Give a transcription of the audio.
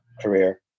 career